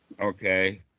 Okay